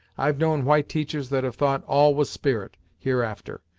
i've known white teachers that have thought all was spirit, hereafter,